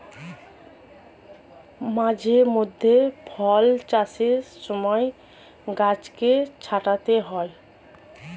মাঝে মধ্যে ফল চাষের সময় গাছকে ছাঁটতে হয়